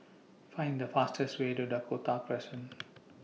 Find The fastest Way to Dakota Crescent